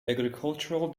agricultural